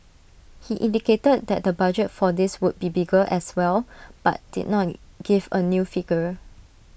he indicated that the budget for this would be bigger as well but did not give A new figure